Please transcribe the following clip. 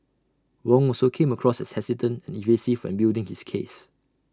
Wong also came across as hesitant and evasive when building his case